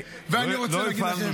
ואני רוצה להגיד לכם --- אדוני,